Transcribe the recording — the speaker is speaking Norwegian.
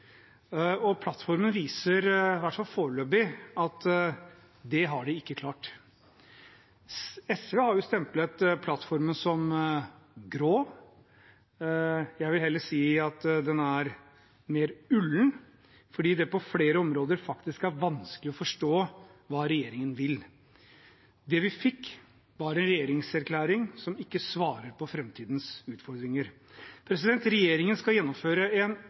Plattformen viser, i hvert fall foreløpig, at det har de ikke klart. SV har stemplet plattformen som grå. Jeg vil heller si at den er mer ullen, fordi det på flere områder faktisk er vanskelig å forstå hva regjeringen vil. Det vi fikk, var en regjeringserklæring som ikke svarer på framtidens utfordringer. Regjeringen skal gjennomføre en